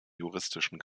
juristischen